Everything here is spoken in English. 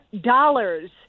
dollars